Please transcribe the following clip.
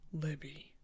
Libby